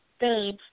Babe